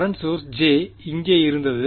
current source J இங்கே இருந்தது